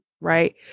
right